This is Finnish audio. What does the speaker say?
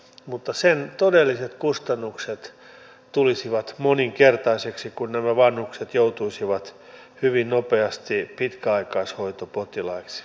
mutta tilanne oli se että naapurit lakkasivat puhumasta minulle minä olin kuin joku suurrikollinen kun yritys oli mennyt nurin